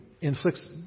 inflicts